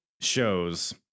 shows